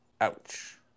ouch